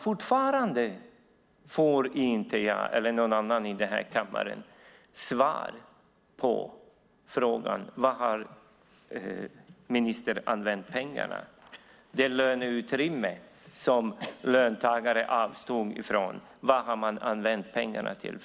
Fortfarande får varken jag eller någon annan i kammaren svar på frågan: Vad har ministern använt pengarna till? Det handlar om löneutrymme som löntagare har avstått från. Vad har man använt de pengarna till?